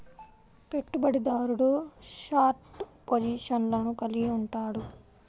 పెట్టుబడిదారుడు షార్ట్ పొజిషన్లను కలిగి ఉంటాడు